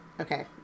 Okay